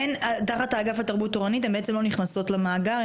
תחת האגף תרבות תורנית הן בעצם לא נכנסות למאגר,